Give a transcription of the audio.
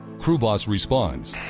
crew boss responds